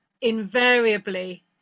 invariably